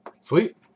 Sweet